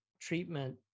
Treatment